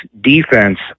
defense